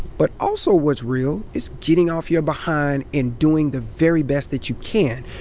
but also what's real is getting off your behind and doing the very best that you can.